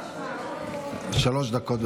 שלוש דקות.